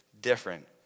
different